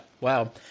wow